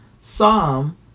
Psalm